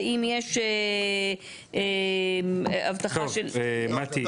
ואם יש הבטחה של --- מטי,